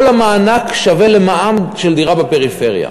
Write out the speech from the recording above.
כל המענק שווה למע"מ של דירה בפריפריה,